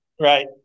Right